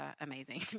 amazing